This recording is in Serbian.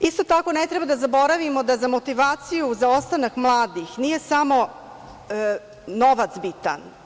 Isto tako, ne treba da zaboravimo da za motivaciju, za ostanak mladih nije samo novac bitan.